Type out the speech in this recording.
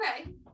Okay